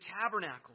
tabernacle